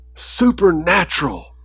Supernatural